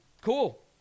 cool